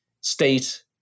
state